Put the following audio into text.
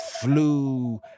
flew